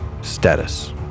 Status